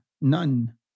None